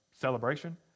celebration